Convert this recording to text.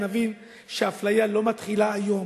נבין שהאפליה לא מתחילה היום,